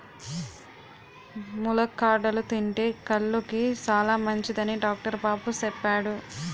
ములక్కాడలు తింతే కళ్ళుకి సాలమంచిదని డాక్టరు బాబు సెప్పాడు